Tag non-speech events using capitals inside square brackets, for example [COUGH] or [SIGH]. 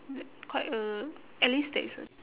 [NOISE] quite a at least there is a